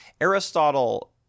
Aristotle